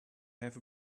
have